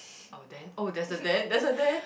oh then oh there's a then there's a then